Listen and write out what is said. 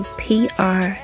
pr